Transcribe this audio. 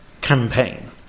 campaign